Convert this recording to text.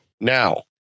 Now